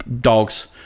Dogs